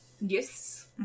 Yes